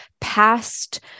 past